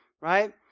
right